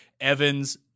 Evans